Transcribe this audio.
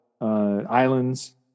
islands